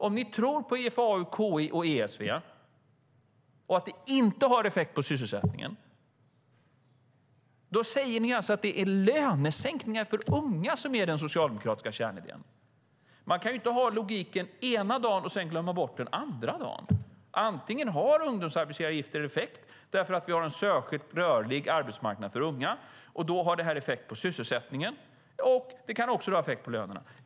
Om ni tror på IFAU, KI och ESV och på att det inte har effekt på sysselsättningen, säger ni alltså att det är lönesänkningar för unga som är den socialdemokratiska kärnidén. Man kan inte ha en logik ena dagen och sedan glömma bort den andra dagen. Antingen har ungdomsarbetsgivaravgifter effekt, därför att vi har en särskilt rörlig arbetsmarknad för unga, och då har det effekt på sysselsättningen. Det kan också ha effekt på lönerna.